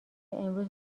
امروز